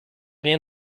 rien